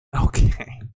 Okay